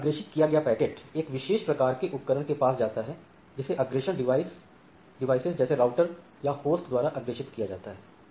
और अग्रेषित किया गया पैकेट एक विशेष प्रकार के उपकरण के पास जाता है जिसे अग्रेषण डिवाइसेस जैसे राउटर या होस्ट द्वारा अग्रेषित किया जाता है